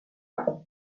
panama